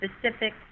specific